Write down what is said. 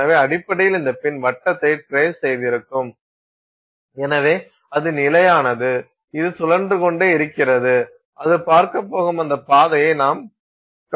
எனவே அடிப்படையில் இந்த பின் வட்டத்தை ட்ரேஸ் செய்திருக்கும் எனவே அது நிலையானது இது சுழன்று கொண்டே இருக்கிறது அது பார்க்கப் போகும் அந்த பாதையை நாம்காணலாம்